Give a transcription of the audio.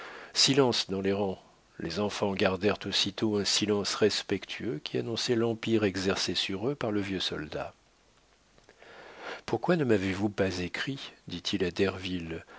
silence dans les rangs les enfants gardèrent aussitôt un silence respectueux qui annonçait l'empire exercé sur eux par le vieux soldat pourquoi ne m'avez-vous pas écrit dit-il à